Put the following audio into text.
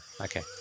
Okay